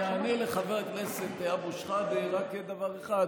אני אענה לחבר הכנסת אבו שחאדה רק דבר אחד,